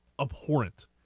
abhorrent